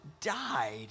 died